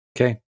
okay